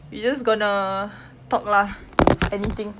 we just going to talk lah anything